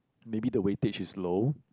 maybe the weightage is low